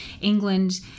England